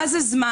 מה זה זמן?